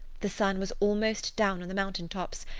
the sun was almost down on the mountain tops,